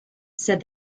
said